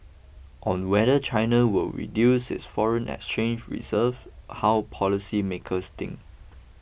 on whether China will reduce its foreign exchange reserve how policymakers think